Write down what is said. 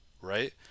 right